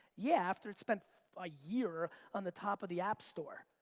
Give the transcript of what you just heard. yeah, after it spent a year on the top of the app store,